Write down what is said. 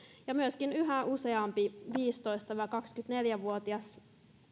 ja myöskin yhä useampi viisitoista viiva kaksikymmentäneljä vuotias